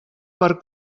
per